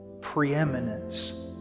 preeminence